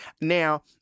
now